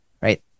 Right